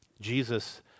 Jesus